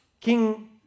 King